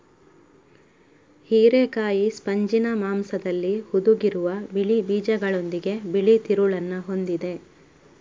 ಹಿರೇಕಾಯಿ ಸ್ಪಂಜಿನ ಮಾಂಸದಲ್ಲಿ ಹುದುಗಿರುವ ಬಿಳಿ ಬೀಜಗಳೊಂದಿಗೆ ಬಿಳಿ ತಿರುಳನ್ನ ಹೊಂದಿದೆ